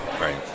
Right